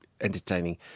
entertaining